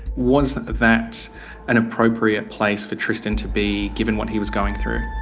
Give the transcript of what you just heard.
was that an appropriate place for tristan to be, given what he was going through?